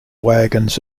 wagons